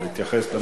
או להתייחס.